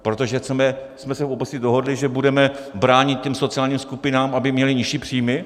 Protože chceme, jsme se dohodli, že budeme bránit těm sociálním skupinám, aby měly nižší příjmy?